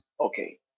okay